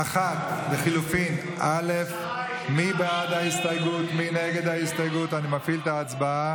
ולדימיר בליאק, רון כץ, מטי צרפתי הרכבי,